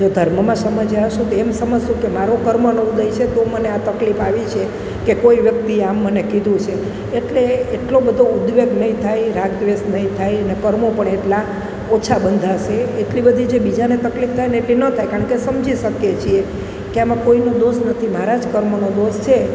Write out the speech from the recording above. જો ધર્મમાં સમજ્યા હોઈશું તો એમ સમજીશું કે મારો કર્મનો ઉદય છે તો મને આ તકલીફ આવી છે કે કોઈ વ્યક્તિ આમ મને કીધું છે એટલે એટલો બધો ઉદ્વેગ નહીં થાય રાગ દ્વેષ નહીં થાય અને કર્મો પણ એટલાં ઓછાં બંધાશે એટલી બધી જે બીજાને તકલીફ થાય ને એટલી ન થાય કારણ કે સમજી શકીએ છીએ કે આમાં કોઈનો દોષ નથી મારાં જ કર્મોનો દોષ છે